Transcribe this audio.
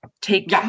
take